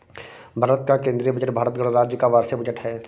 भारत का केंद्रीय बजट भारत गणराज्य का वार्षिक बजट है